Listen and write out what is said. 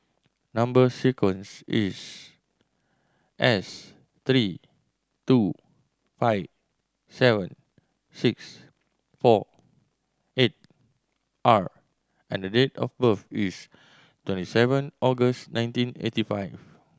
number sequence is S three two five seven six four eight R and the date of birth is twenty seven August nineteen eighty five